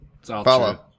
follow